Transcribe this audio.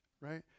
right